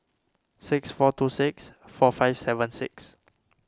six four two six four five seven six